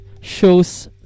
shows